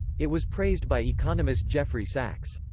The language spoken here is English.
it was praised by economist jeffrey sachs.